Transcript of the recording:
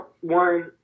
One